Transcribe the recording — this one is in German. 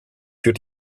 für